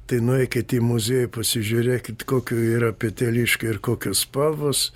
tai nueikit į muziejų pasižiūrėkit kokių yra peteliškių ir kokios spalvos